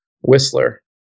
Whistler